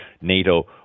NATO